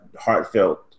heartfelt